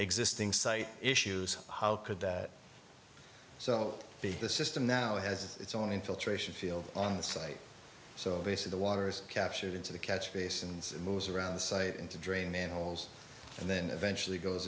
existing site issues how could that so the the system now has its own infiltration field on the site so they say the water's captured into the catch basins moves around the site and to drain animals and then eventually goes